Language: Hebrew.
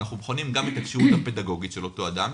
אנחנו בוחנים גם את הכשירות הפדגוגית של אותו אדם,